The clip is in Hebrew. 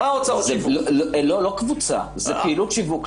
לא קבוצה, זו פעילות שיווק.